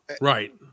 Right